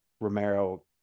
Romero